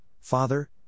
Father